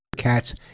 cat's